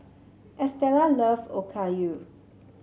Estela love Okayu